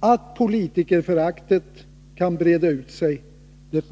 Vi får finna oss i att politikerföraktet kan breda ut sig, och